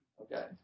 Okay